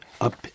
up